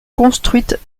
construites